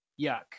yuck